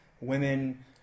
women